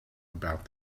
about